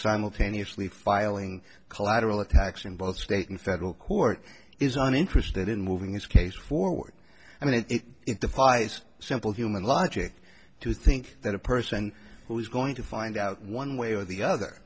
simultaneously filing collateral attacks in both state and federal court isn't interested in moving this case forward i mean it defies simple human logic to think that a person who is going to find out one way or the other